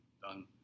done